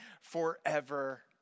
forever